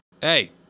Hey